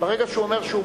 ברגע שהוא אומר שהוא מוכן,